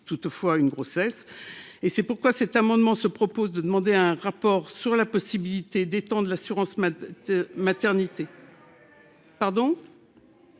toutefois une grossesse. C'est pourquoi cet amendement a pour objet la remise d'un rapport sur la possibilité d'étendre l'assurance maternité. Votre